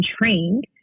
trained